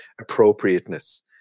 appropriateness